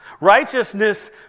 Righteousness